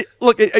look